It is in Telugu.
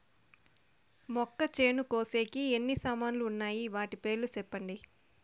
మొక్కచేను కోసేకి ఎన్ని సామాన్లు వున్నాయి? వాటి పేర్లు సెప్పండి?